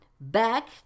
back